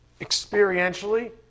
experientially